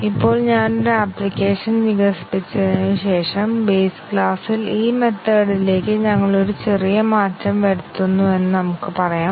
ഇപ്പോൾ ഞാൻ ഒരു ആപ്ലിക്കേഷൻ വികസിപ്പിച്ചതിനുശേഷം ബേസ് ക്ലാസിൽ ഈ മെത്തേഡിലേക്ക് ഞങ്ങൾ ഒരു ചെറിയ മാറ്റം വരുത്തുന്നുവെന്ന് നമുക്ക് പറയാം